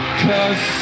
cause